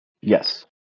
Yes